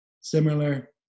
similar